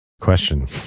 question